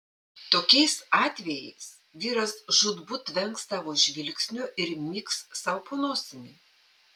tokiais atvejais vyras žūtbūt vengs tavo žvilgsnio ir myks sau po nosimi